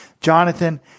Jonathan